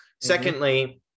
Secondly